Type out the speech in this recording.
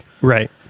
right